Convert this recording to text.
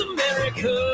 America